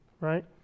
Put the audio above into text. right